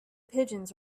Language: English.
pigeons